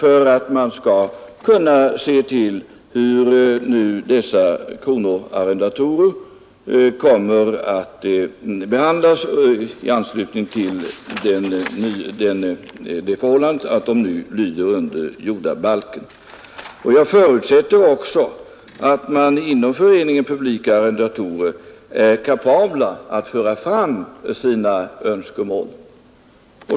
Så får man se hur kronoarrendatorerna kommer att behandlas sedan de nu innefattas i jordabalken. Jag förutsätter också att man inom Föreningen Publika arrendatorer är kapabel att föra fram sina önskemål.